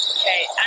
Okay